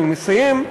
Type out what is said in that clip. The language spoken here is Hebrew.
אני מסיים,